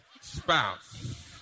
spouse